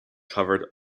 covered